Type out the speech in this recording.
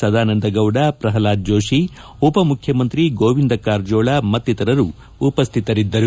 ಸದಾನಂದ ಗೌಡ ಪ್ರಪ್ಲಾದ್ ಜೋಷಿ ಉಪಮುಖ್ಯಮಂತ್ರಿ ಗೋವಿಂದ ಕಾರಜೋಳ ಮತ್ತಿತರರು ಉಪಸ್ಥಿತರಿದ್ದರು